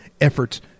efforts